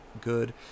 good